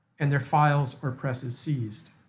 and their files or presses seized.